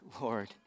Lord